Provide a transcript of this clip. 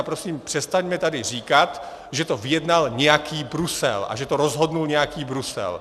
Prosím, přestaňme tady říkat, že to vyjednal nějaký Brusel a že to rozhodl nějaký Brusel.